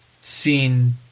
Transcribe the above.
seen